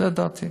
זו דעתי.